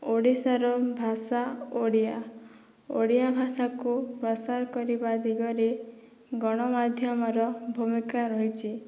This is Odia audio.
ଓଡ଼ିଶାର ଭାଷା ଓଡ଼ିଆ ଓଡ଼ିଆ ଭାଷାକୁ ପ୍ରସାର କରିବା ଦିଗରେ ଗଣମାଧ୍ୟମର ଭୁମିକା ରହିଛି